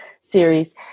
series